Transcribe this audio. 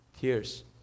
tears